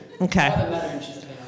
Okay